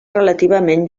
relativament